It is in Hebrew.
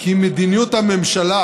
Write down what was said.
כי מדיניות הממשלה